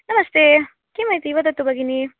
नमस्ते किम् इति वदतु भगिनी